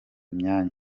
imyanya